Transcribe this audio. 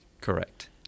Correct